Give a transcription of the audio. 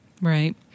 Right